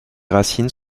racines